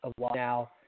now